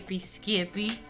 skippy